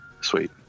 sweet